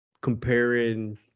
comparing